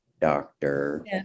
doctor